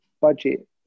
budget